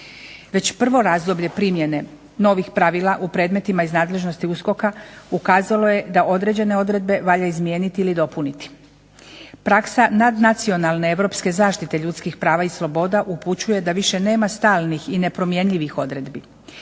Već prvo razdoblje primjene novih pravila u predmetima iz nadležnosti USKOK-a ukazalo je da određene odredbe valja izmijeniti ili dopuniti. Praksa nadnacionalne europske zaštite ljudskih prava i sloboda upućuje da više nema stalnih i nepromjenjivih odredbi